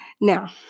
Now